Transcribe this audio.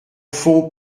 fond